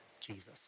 Jesus